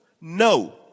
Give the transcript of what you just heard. No